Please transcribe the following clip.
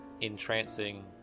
entrancing